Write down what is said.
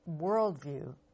worldview